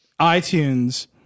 iTunes